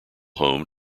home